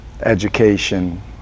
education